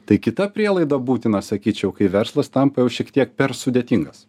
tai kita prielaida būtina sakyčiau kai verslas tampa jau šiek tiek per sudėtingas